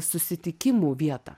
susitikimų vietą